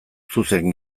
zuzen